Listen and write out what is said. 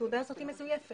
שהתעודה הזאת מזויפת,